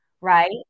right